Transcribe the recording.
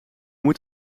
moet